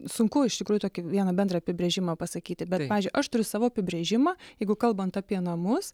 sunku iš tikrųjų tokį vieną bendrą apibrėžimą pasakyti pavyzdžiui aš turiu savo apibrėžimą jeigu kalbant apie namus